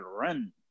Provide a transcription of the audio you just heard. run